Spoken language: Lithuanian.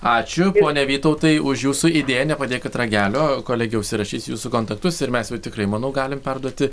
ačiū pone vytautai už jūsų idėją nepadėkit ragelio kolegė užsirašys jūsų kontaktus ir mes jau tikrai manau galim perduoti